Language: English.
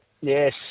Yes